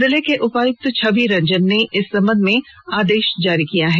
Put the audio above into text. जिले के उपायुक्त छवि रंजन ने इस संबंध में आदेश जारी किया है